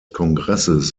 kongresses